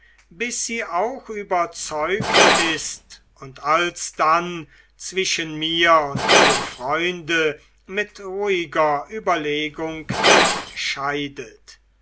bis sie auch überzeugt ist und alsdann zwischen mir und dem freunde mit ruhiger überlegung entscheidet